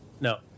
No